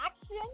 action